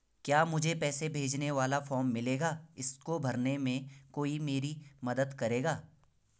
क्या मुझे पैसे भेजने वाला फॉर्म मिलेगा इसको भरने में कोई मेरी मदद करेगा?